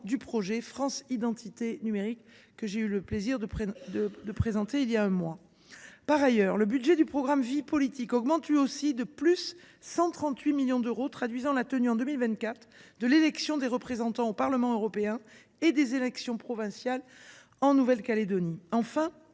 du projet France Identité Numérique, que j’ai eu le plaisir de présenter il y a un mois. Par ailleurs, le budget du programme 232 « Vie politique » augmente de 138 millions d’euros, traduisant la tenue en 2024 de l’élection des représentants au Parlement européen et des élections provinciales en Nouvelle Calédonie.